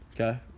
okay